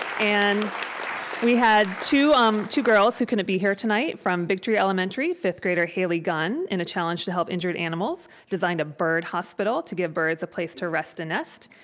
and we had two um two girls who couldn't be here tonight from victory elementary, fifth grader haley gunn, in a challenge to help injured animals, designed a bird hospital to give birds a place to rest and nest.